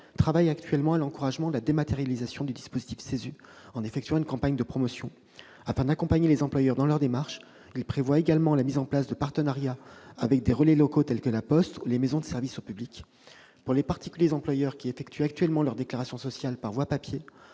travaillent actuellement à l'encouragement à la dématérialisation du dispositif CESU en effectuant une campagne de promotion. Afin d'accompagner les employeurs dans leur démarche, est également prévue la mise en place de partenariats avec des relais locaux tels que La Poste ou les maisons de services au public. Pour les particuliers employeurs qui effectuent actuellement leur déclaration sociale par voie papier,